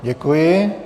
Děkuji.